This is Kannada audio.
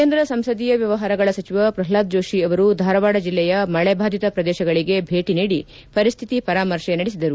ಕೇಂದ್ರ ಸಂಸದೀಯ ವ್ಯವಹಾರಗಳ ಸಚಿವ ಪ್ರಹ್ಲಾದ್ ಜೋಷಿ ಅವರು ಧಾರವಾಡ ಜಿಲ್ಲೆಯ ಮಳೆ ಬಾಧಿತ ಪ್ರದೇಶಗಳಿಗೆ ಭೇಟಿ ನೀಡಿ ಪರಿಸ್ಲಿತಿ ಪರಾಮರ್ತೆ ನಡೆಸಿದರು